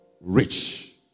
rich